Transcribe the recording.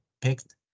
picked